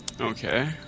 Okay